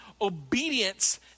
obedience